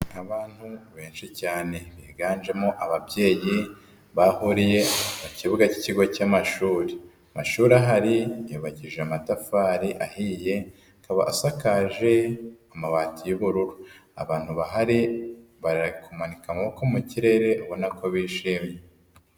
Abantu benshi cyane biganjemo ababyeyi bahuriye mu kibuga k'ikigo cy'amashuri. Amashuri ahari yabagije amatafari ahiye akaba asakaje amabati y'ubururu. Abantu bahari bari kumanika amaboko mu kirere ubona ko bishimye.